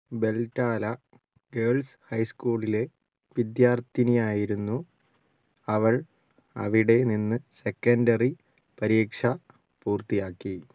ബെൽറ്റാല girls high സ്കൂളിലെ വിദ്യാർത്ഥിനിയായിരുന്നു അവൾ അവിടെ നിന്ന് സെക്കൻഡറി പരീക്ഷ പൂർത്തിയാക്കി